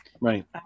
Right